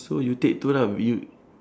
so you take two lah you